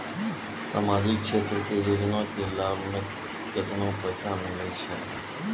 समाजिक क्षेत्र के योजना के लाभ मे केतना पैसा मिलै छै?